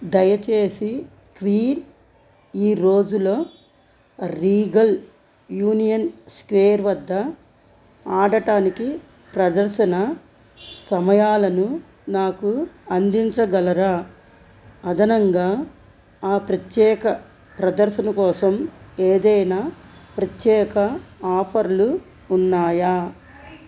దయచేసి క్వీన్ ఈ రోజులో రీగల్ యూనియన్ స్క్వేర్ వద్ద ఆడడానికి ప్రదర్శన సమయాలను నాకు అందించగలరా అదనంగా ఆ ప్రత్యేక ప్రదర్శన కోసం ఏదైనా ప్రత్యేక ఆఫర్లు ఉన్నాయా